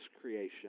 creation